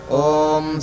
om